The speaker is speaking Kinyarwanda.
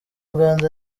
uganda